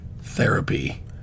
therapy